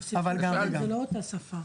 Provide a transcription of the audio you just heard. רוסית ואוקראינית זה לא אותה שפה.